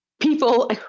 people